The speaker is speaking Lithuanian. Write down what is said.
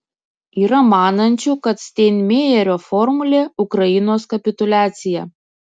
yra manančių kad steinmeierio formulė ukrainos kapituliacija